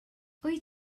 wyt